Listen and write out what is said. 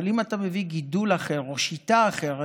אבל אם אתה מביא גידול אחר או שיטה אחרת,